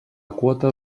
quota